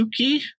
Suki